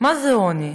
מה זה עוני?